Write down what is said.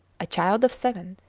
a child of seven,